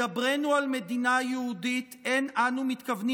בדברנו על מדינה יהודית אין אנו מתכוונים